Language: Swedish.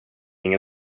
ingen